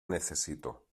necesito